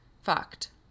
fucked